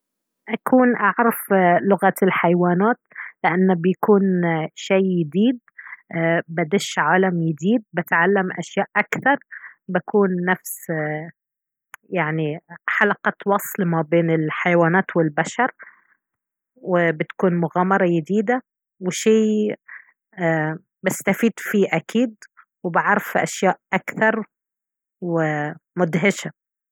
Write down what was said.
حيكون أعرف لغة الحيوانات لأنه بيكون شي يديد ايه بدش عالم يديد بتعلم أشياء أكثر بكون نفس يعني حلقة وصل ما بين الحيوانات والبشر وبتكون مغامرة يديدة وشي بستفيد فيه أكيد وبعرف أشياء أكثر ومدهشة